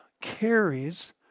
carries